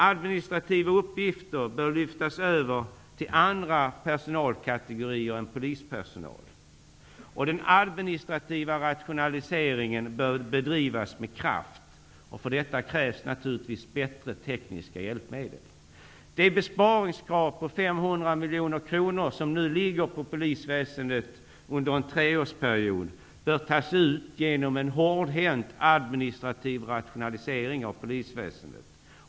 Administrativa uppgifter bör lyftas över till andra personalkategorier än polispersonal. Den administrativa rationaliseringen bör bedrivas med kraft. För detta krävs naturligtvis bättre tekniska hjälpmedel. Det besparingskrav på 500 miljoner kronor under en treårsperiod som nu ligger på polisväsendet bör tas ut genom en hårdhänt administrativ rationalisering av polisväsendet.